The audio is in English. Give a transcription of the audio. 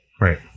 right